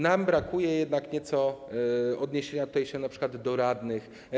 Nam brakuje jednak nieco odniesienia tego np. do radnych.